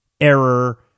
Error